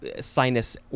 sinus